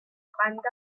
climbed